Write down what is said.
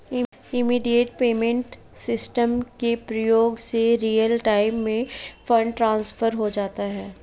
immediate payment system के प्रयोग से रियल टाइम में फंड ट्रांसफर हो जाता है